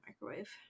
microwave